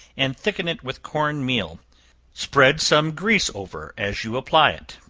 and thicken it with corn meal spread some grease over as you apply it.